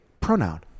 pronoun